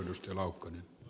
arvoisa puhemies